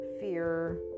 fear